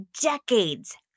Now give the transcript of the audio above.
decades